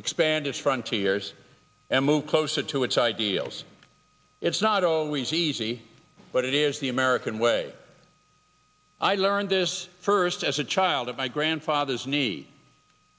expanded from cheers and move closer to its ideals it's not always easy but it is the american way i learned this first as a child of my grandfather's need